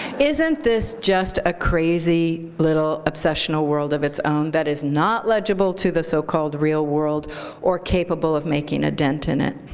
isn't this just a crazy little obsessional world of its own that is not legible to the so-called real world or capable of making a dent in it?